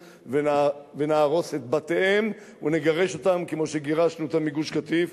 ונהרוס את בתיהם ונגרש אותם כמו שגירשנו אותם מגוש-קטיף,